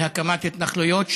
להקמת התנחלויות,